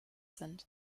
sind